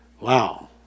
wow